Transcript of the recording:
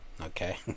okay